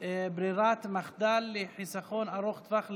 ברירת מחדל לחיסכון ארוך טווח לילד),